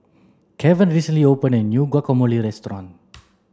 Kevan recently opened a new Guacamole restaurant